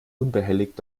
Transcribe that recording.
unbehelligt